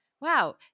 wow